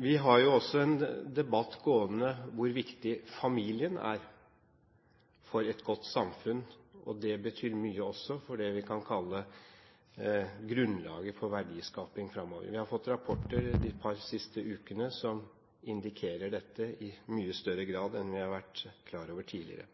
Vi har jo også en debatt gående om hvor viktig familien er for et godt samfunn. Det betyr mye også for det vi kan kalle grunnlaget for verdiskaping framover. Vi har fått rapporter de par siste ukene som indikerer dette i mye større grad enn vi har vært klar over tidligere.